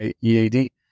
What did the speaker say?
EAD